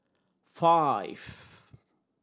five